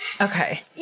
Okay